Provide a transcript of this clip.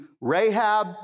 Rahab